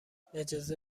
اجازه